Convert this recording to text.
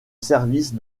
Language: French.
service